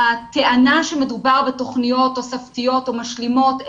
הטענה שמדובר בתוכניות תוספתיות או משלימות,